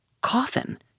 Coffin